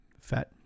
fat